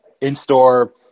in-store